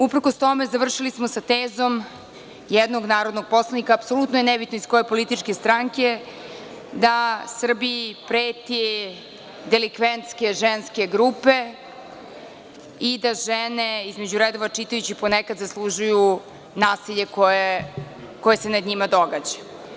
Uprkos tome završili smo sa tezom jednog narodnog poslanika, apsolutno je nebitno iz koje političke stranke, da Srbiji preti delikventske ženske grupe i da žene, između redova čitajući, ponekad zaslužuju nasilje koje se nad njima događa.